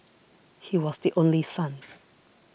he was the only son